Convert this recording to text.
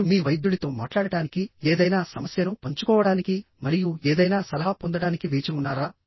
మీరు మీ వైద్యుడితో మాట్లాడటానికిఏదైనా సమస్యను పంచుకోవడానికి మరియు ఏదైనా సలహా పొందడానికి వేచి ఉన్నారా